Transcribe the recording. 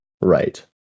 Right